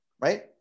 right